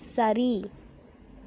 சரி